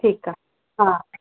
ठीक आहे हा